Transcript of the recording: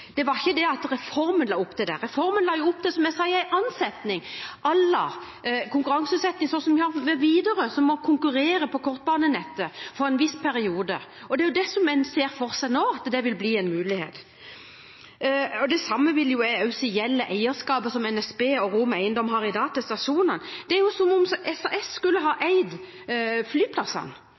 det var veldig bra. Det var ikke dette at reformen la opp til det. Reformen la opp til, som jeg sa i en annen setning, konkurranseutsetting sånn vi har med Widerøe, som må konkurrere på kortbanenettet for en viss periode. Det er dette en ser for seg nå, at det vil bli en mulighet. Det samme vil jeg også si gjelder eierskapet som NSB og Rom Eiendom i dag har til stasjonene. Det er jo som om SAS skulle ha eid flyplassene,